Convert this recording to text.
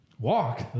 Walk